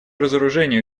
разоружению